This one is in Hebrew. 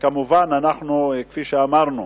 כמובן, כפי שאמרנו,